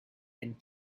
and